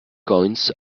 coins